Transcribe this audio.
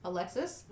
Alexis